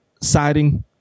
siding